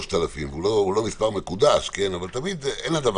אני אולי מקדים את התשובה בעניין הזה אבל האם די